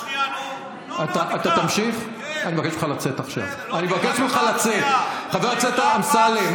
כך שכאשר, אני קורא אותך לסדר בפעם הראשונה.